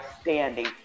standing